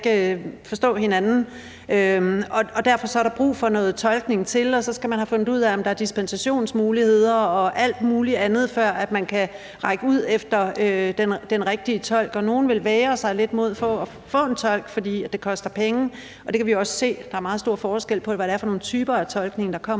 forstå hinanden, og derfor er der brug for noget tolkning til, og så skal man have fundet ud af, om der er dispensationsmuligheder og alt muligt andet, før man kan række ud efter den rigtige tolk. Nogle vil vægre sig lidt imod at få en tolk, fordi det koster penge, og det kan vi også se, da der er meget stor forskel på, hvad det er for nogle typer tolkning, der kommer.